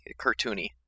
cartoony